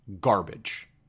garbage